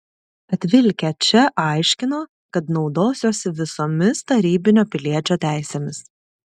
atvilkę čia aiškino kad naudosiuosi visomis tarybinio piliečio teisėmis